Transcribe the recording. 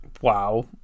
Wow